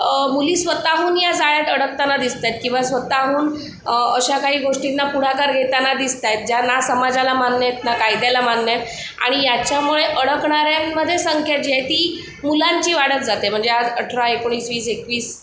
मुली स्वतःहून या जाळ्यात अडकताना दिसत आहेत किंवा स्वतःहून अशा काही गोष्टींना पुढाकार घेताना दिसत आहेत ज्या ना समाजाला मान्य आहेत ना कायद्याला मान्य आहेत आणि याच्यामुळे अडकणाऱ्यांमध्ये संख्या जी आहे ती मुलांची वाढत जाते म्हणजे आज अठरा एकोणीस वीस एकवीस